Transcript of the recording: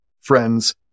friends